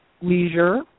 leisure